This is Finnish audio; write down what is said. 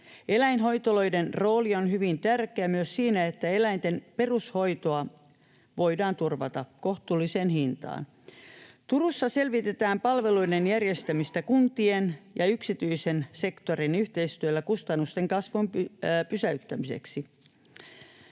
Eläinhoitoloiden rooli on hyvin tärkeä myös siinä, että eläinten perushoitoa voidaan turvata kohtuulliseen hintaan. Turussa selvitetään palveluiden järjestämistä kuntien ja yksityisen sektorin yhteistyöllä kustannusten kasvun pysäyttämiseksi.